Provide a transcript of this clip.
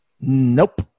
Nope